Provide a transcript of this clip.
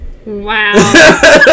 Wow